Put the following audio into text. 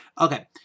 Okay